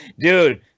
Dude